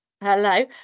Hello